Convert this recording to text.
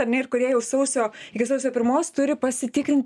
ar ne ir kurie jau sausio iki sausio pirmos turi pasitikrinti